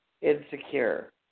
insecure